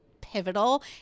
pivotal